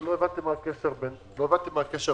לא הבנתי מה הקשר בין